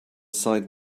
site